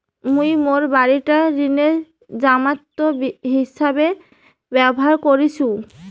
মুই মোর বাড়িটাক ঋণের জামানত হিছাবে ব্যবহার করিসু